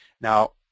Now